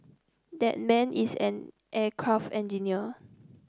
that man is an aircraft engineer